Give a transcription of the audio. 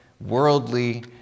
worldly